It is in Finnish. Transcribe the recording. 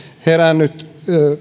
herännyt